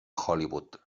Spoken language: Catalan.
hollywood